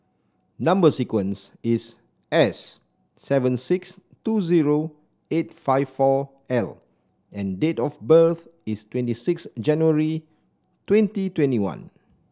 number sequence is S seven six two zero eight five four L and date of birth is twenty six January twenty twenty one